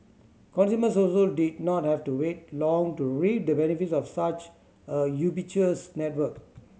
consumers also did not have to wait long to reap the benefits of such a ubiquitous network